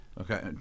Okay